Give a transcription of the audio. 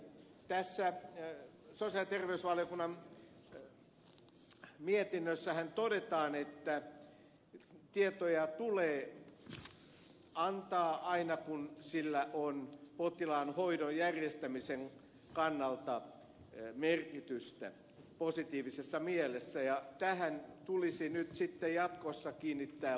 tässä sosiaali ja terveysvaliokunnan mietinnössähän todetaan että tietoja tulee antaa aina kun sillä on potilaan hoidon järjestämisen kannalta merkitystä positiivisessa mielessä ja tähän tulisi nyt sitten jatkossa kiinnittää huomiota